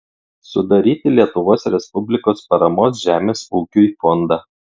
sudaryti lietuvos respublikos paramos žemės ūkiui fondą